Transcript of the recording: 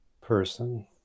person